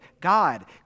God